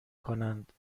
کنند